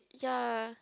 ya